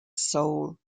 soul